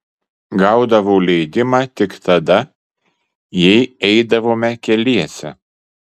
gaudavau leidimą tik tada jei eidavome keliese